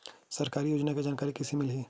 सरकारी योजना के जानकारी कइसे मिलही?